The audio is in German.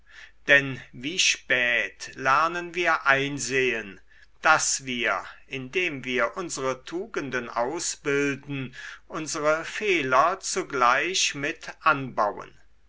denn wie spät lernen wir einsehen daß wir indem wir unsere tugenden ausbilden unsere fehler zugleich mit anbauen